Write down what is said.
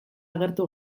agertu